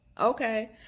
Okay